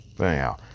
Anyhow